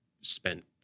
spent